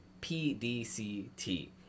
P-D-C-T